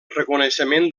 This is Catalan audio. reconeixement